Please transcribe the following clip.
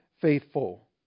faithful